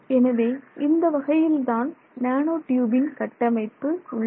எனவே இந்த வகையில்தான் நேனோ ட்யூபின் கட்டமைப்பு உள்ளது